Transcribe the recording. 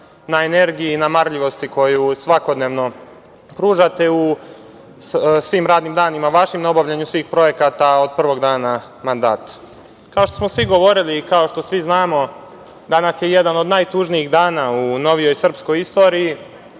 na energiji i na marljivosti koju svakodnevno pružate svim vašim radnim danima na obavljanju svih projekata od prvog dana mandata. Kao što smo svi govorili i kao što svi znamo, danas je jedan od najtužnijih dana u novijoj srpskoj istoriji.